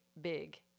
big